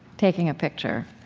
taking a picture.